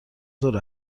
ظهر